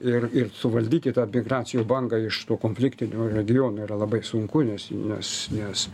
ir ir suvaldyki tą migracijų bangą iš tų konfliktinių regionų yra labai sunku nes nes nes